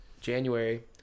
January